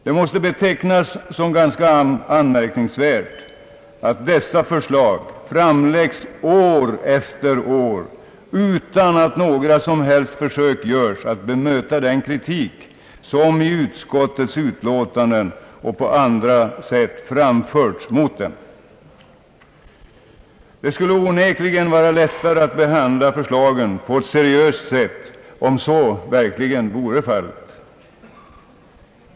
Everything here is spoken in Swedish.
Det måste betecknas som anmärkningsvärt att dessa förslag framläggs år efter år utan att några försök görs att bemöta den kritik som i utskottets utlåtanden och på andra sätt framförts mot dem. Det skulle onekligen vara lättare att behandla förslagen på ett seriöst sätt om så verkligen varit fallet.